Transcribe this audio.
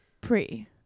pre-